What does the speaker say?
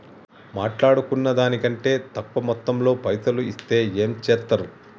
మాట్లాడుకున్న దాని కంటే తక్కువ మొత్తంలో పైసలు ఇస్తే ఏం చేత్తరు?